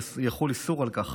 יחול איסור על כך,